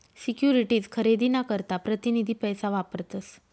securities खरेदी ना करता प्रतीनिधी पैसा वापरतस